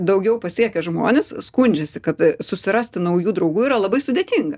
daugiau pasiekę žmonės skundžiasi kad susirasti naujų draugų yra labai sudėtinga